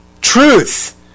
Truth